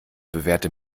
bewährte